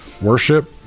worship